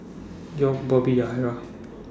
York Bobby and Yahaira